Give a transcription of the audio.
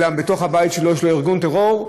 אלא בתוך הבית שלו יש לו ארגון טרור,